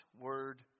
word